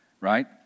right